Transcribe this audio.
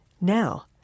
Now